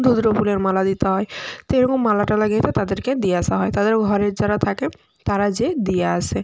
ধুতরো ফুলের মালা দিতে হয় তো এই রকম মালা টালা গেঁথে তাদেরকে দিয়ে আসা হয় তাদের ঘরের যারা থাকে তারা যেয়ে দিয়ে আসে